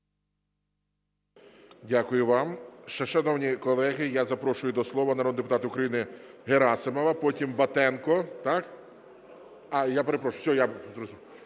Дякую вам. Шановні колеги, я запрошую до слова народного депутата України Герасимова, потім Батенко.